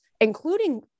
including